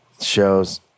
shows